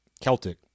Celtic